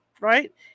right